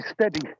steady